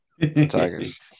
Tigers